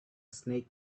snake